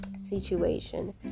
situation